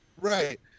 Right